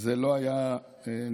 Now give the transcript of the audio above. זה לא היה נדרש.